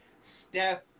Steph